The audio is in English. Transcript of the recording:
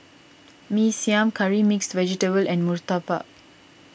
Mee Siam Curry Mixed Vegetable and Murtabak